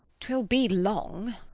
twill be long.